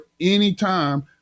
anytime